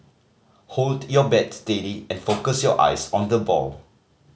hold your bat steady and focus your eyes on the ball